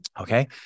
Okay